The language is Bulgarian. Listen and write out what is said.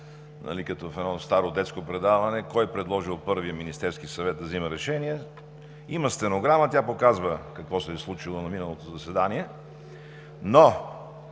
като в едно старо детско предаване, кой е предложил първи Министерският съвет да взема решение. Има стенограма. Тя показва какво се е случило на миналото заседание. Не